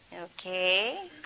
Okay